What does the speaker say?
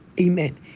Amen